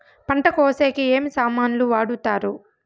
పంట కోసేకి ఏమి సామాన్లు వాడుతారు?